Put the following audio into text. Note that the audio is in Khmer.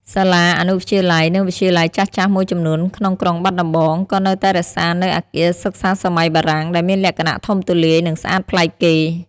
សាលាអនុវិទ្យាល័យ និងវិទ្យាល័យចាស់ៗមួយចំនួនក្នុងក្រុងបាត់ដំបង ក៏នៅតែរក្សានូវអគារសិក្សាសម័យបារាំង ដែលមានលក្ខណៈធំទូលាយ និងស្អាតប្លែកគេ។